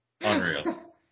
Unreal